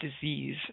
disease